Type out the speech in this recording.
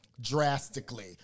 drastically